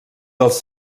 dels